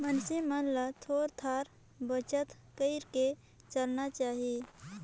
मइनसे मन ल थोर थार बचत कइर के चलना चाही